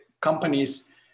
companies